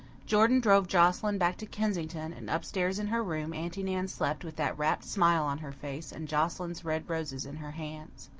jordan drove joscelyn back to kensington and up-stairs in her room aunty nan slept, with that rapt smile on her face and joscelyn's red roses in her hands.